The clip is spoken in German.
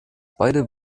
beide